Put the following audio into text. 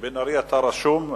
בן-ארי, אתה רשום.